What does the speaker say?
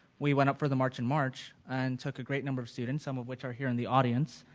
we went up for the march in march and took a great number of students, some of which are here in the audience,